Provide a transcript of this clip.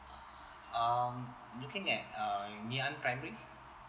um I'm looking at uh ngee ann primary